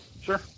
sure